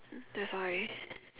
that's why